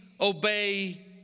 obey